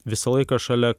visą laiką šalia